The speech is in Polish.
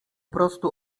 prostu